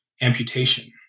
amputation